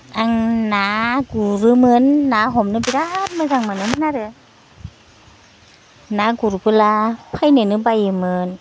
आं ना गुरोमोन ना हमनो बिराद मोजां मोनोमोन आरो ना गुरबोला फैनोनो बायोमोन